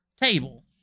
table